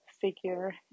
figure